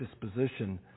disposition